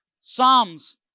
Psalms